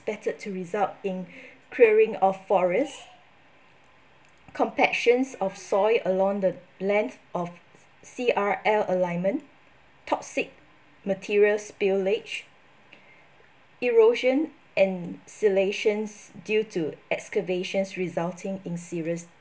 expected to result in clearing of forests compactions of soil along the length of C_R_L alignment toxic materials spillage erosion and siltations due to excavations resulting in serious